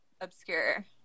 obscure